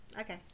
Okay